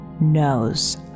knows